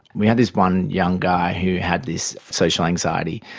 we have this one young guy who had this social anxiety,